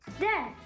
Dad